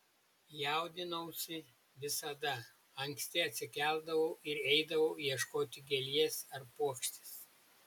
jaudinausi visada anksti atsikeldavau ir eidavau ieškoti gėlės ar puokštės